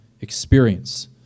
experience